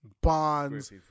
Bonds